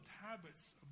habits